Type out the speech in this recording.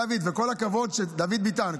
דוד ביטן,